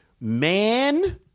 Man